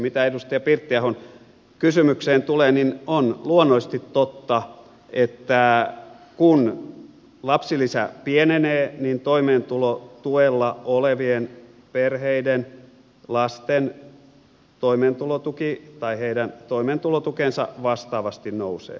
mitä edustaja pirttilahden kysymykseen tulee niin on luonnollisesti totta että kun lapsilisä pienenee niin toimeentulotuella olevien lapsiperheiden toimeentulotuki vastaavasti nousee